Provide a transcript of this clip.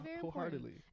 wholeheartedly